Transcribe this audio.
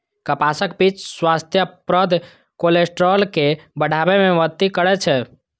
कपासक बीच स्वास्थ्यप्रद कोलेस्ट्रॉल के बढ़ाबै मे मदति करै छै